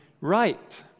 right